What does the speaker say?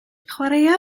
chwaraea